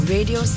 Radio